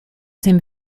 dem